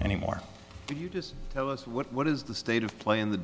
anymore do you just tell us what is the state of play in the